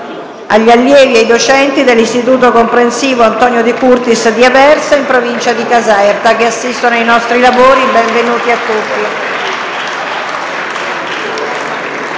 gli allievi e i docenti dell’Istituto comprensivo «Antonio De Curtis» di Aversa, in provincia di Caserta che assistono ai nostri lavori. Benvenuti a tutti.